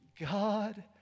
God